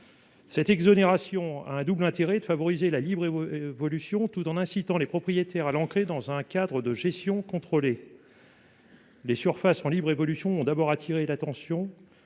Cette exonération présente un double intérêt : elle favorise la libre évolution tout en incitant les propriétaires à l'ancrer dans un cadre de gestion contrôlé. Si les surfaces en libre évolution ont attiré l'attention,